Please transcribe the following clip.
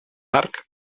arc